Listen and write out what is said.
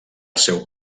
seu